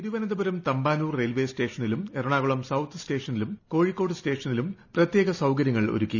Thiruvananthapuram Thampanoor railway സ്റ്റേഷനിലും Ernakulam south സ്റ്റേഷ്ട്രില്ലും കോഴിക്കോട് സ്റ്റേഷനിലും പ്രത്യേക സൌക്ടര്യങ്ങൾ ഒരുക്കി